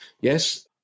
Yes